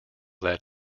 that